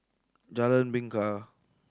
Jalan Bingka